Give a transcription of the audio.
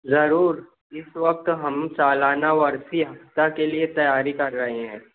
ضرور اِس وقت ہم سالانہ ورثی ہفتہ کے لیے تیاری کر رہے ہیں